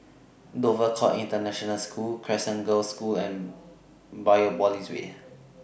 Dover Court International School Crescent Girls' School and Biopolis Way